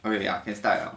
oh oh ya can start liao